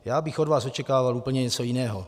Já bych od vás očekával úplně něco jiného.